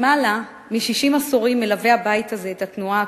למעלה משישה עשורים מלווה הבית הזה את התנועה הקיבוצית,